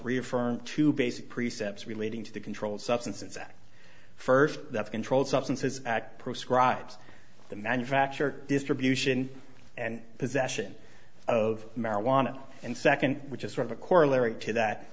reaffirmed two basic precepts relating to the controlled substances act first that controlled substances act proscribes the manufacture distribution and possession of marijuana and second which is sort of a corollary to that